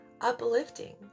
uplifting